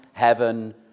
heaven